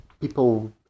people